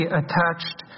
attached